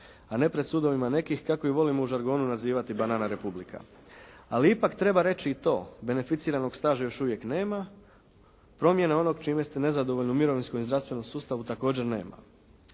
a ne pred sudovima nekih kako ih volimo u žargonu nazivati «banana republika». Ali ipak treba reći i to beneficiranog staža još uvijek nema. Promjena onog čime ste nezadovoljni u mirovinskom i zdravstvenom sustavu također nema.